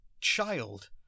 child